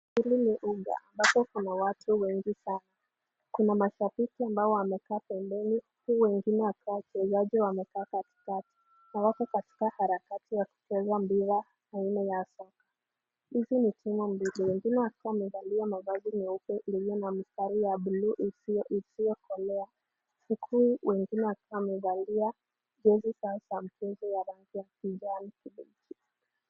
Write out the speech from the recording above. Hapa kuna watu wengi sana. Kuna mashabiki ambao wamekaa pembeni, huku wengine wachezaji wamekaa katikati na wako katika harakati ya kucheza mpira aina ya soka. Hizi ni timu mbili. Wengine wakiwa wamevalia mavazi meupe iliyo na mstari ya blue isiyokolea. Huku wengine wakiwa wamevalia jezi sawa sawa na ya rangi ya kijani kibichi.